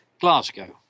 Glasgow